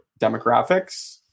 demographics